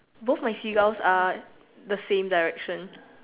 both my seagulls are the same direction